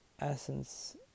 essence